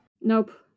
Nope